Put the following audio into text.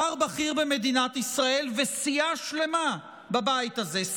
שר בכיר במדינת ישראל וסיעה שלמה בבית הזה,